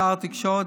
שר התקשורת,